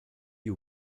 you